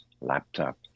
laptop